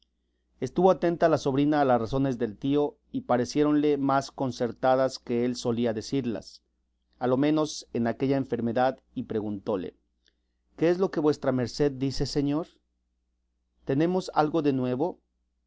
estuvo atenta la sobrina a las razones del tío y pareciéronle más concertadas que él solía decirlas a lo menos en aquella enfermedad y preguntóle qué es lo que vuestra merced dice señor tenemos algo de nuevo